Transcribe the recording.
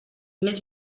més